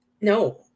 no